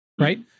right